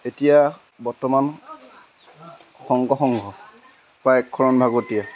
এতিয়া বৰ্তমান শংকৰসংঘ বা এক শৰণ ভাগৱতীয়া